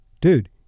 Dude